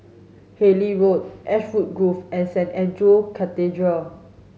Harlyn Road Ashwood Grove and Saint Andrew Cathedral